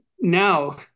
now